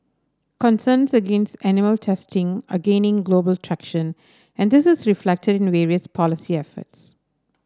concerns against animal testing are gaining global traction and this is reflected in various policy efforts